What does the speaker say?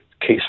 case